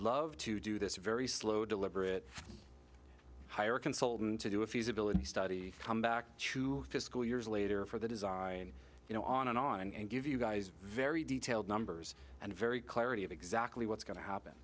love to do this very slow deliberate hire a consultant to do a feasibility study come back to fiscal years later for the design you know on and on and give you guys very detailed numbers and very clarity of exactly what's going to happen